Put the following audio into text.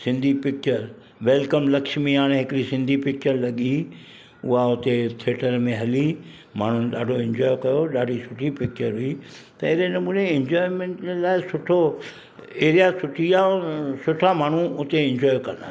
Sindhi picture welcome Lakshmi हाणे हिकिड़ी Sindhi picture लॻी उहा उते थिएटर में हली माण्हुनि ॾाढो एंजॉए कयो ॾाढी सुठी पिकिचरु हुई त अहिड़े नमूने एंजॉएमेंट लाइ सुठो एरिया सुठी आहे ऐं सुठा माण्हू उते एंजॉए कंदा आहिनि